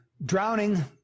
Drowning